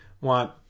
want